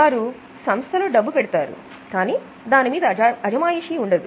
వారు సంస్థ లో డబ్బు పెడతారు కానీ దాని మీద అజమాయిషీ ఉండదు